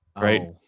Right